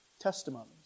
testimonies